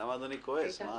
כמה דברים כהתייחסות המשטרה.